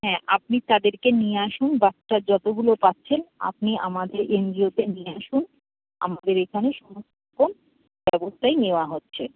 হ্যাঁ আপনি তাদেরকে নিয়ে আসুন বাচ্চা যতগুলো পাচ্ছেন আপনি আমাদের এনজিওতে নিয়ে আসুন আমাদের এখানে সমস্ত রকম ব্যবস্থাই নেওয়া হচ্ছে